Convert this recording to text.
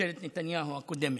בממשלת נתניהו הקודמת,